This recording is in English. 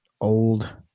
old